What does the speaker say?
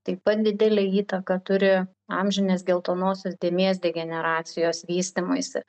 taip pat didelę įtaką turi amžinės geltonosios dėmės degeneracijos vystymuisi